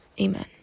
Amen